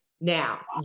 Now